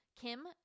Kim